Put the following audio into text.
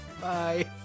bye